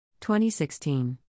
2016